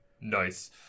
Nice